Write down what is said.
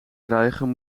krijgen